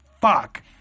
fuck